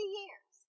years